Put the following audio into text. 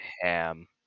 ham